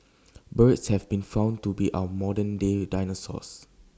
birds have been found to be our modern day dinosaurs